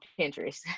Pinterest